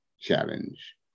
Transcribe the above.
challenge